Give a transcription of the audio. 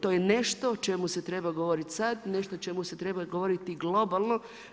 To je nešto o čemu se treba govoriti sad, nešto o čemu se treba govoriti globalno.